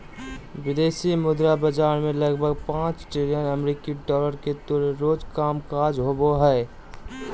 विदेशी मुद्रा बाजार मे लगभग पांच ट्रिलियन अमेरिकी डॉलर के तुल्य रोज कामकाज होवो हय